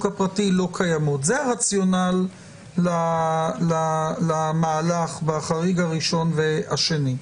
הפרטי לא קיימות זה הרציונל למהלך בחריג הראשון והשני.